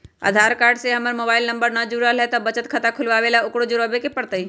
आधार card से हमर mobile number न जुरल है त बचत खाता खुलवा ला उकरो जुड़बे के पड़तई?